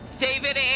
David